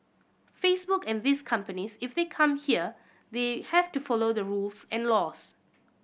Facebook and these companies if they come here they have to follow the rules and laws